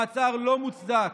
מעצר לא מוצדק.